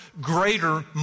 greater